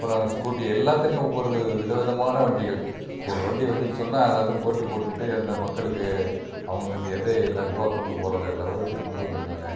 அப்புறம் ஸ்கூட்டி எல்லாத்திலியும் ஒவ்வொரு வித விதமான வண்டிகள் ஒரு வண்டி வந்துருச்சுன்னு சொன்னால் அது அதுவும் போட்டி போட்டுக்கிட்டு அந்த மக்களுக்கு அவங்க அந்த எதை இலகுவா கொண்டு போற லெவெலுக்கு கொண்டு வந்திருக்காங்க